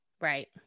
Right